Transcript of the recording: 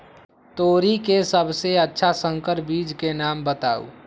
तोरी के सबसे अच्छा संकर बीज के नाम बताऊ?